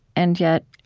and yet,